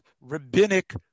rabbinic